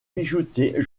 bijoutier